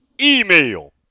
email